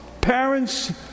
parents